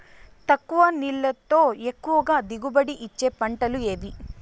తక్కువ నీళ్లతో ఎక్కువగా దిగుబడి ఇచ్చే పంటలు ఏవి?